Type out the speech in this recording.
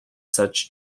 such